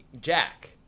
Jack